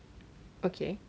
oh okay